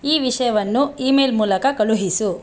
ಈ ವಿಷಯವನ್ನು ಇಮೇಲ್ ಮೂಲಕ ಕಳುಹಿಸು